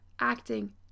acting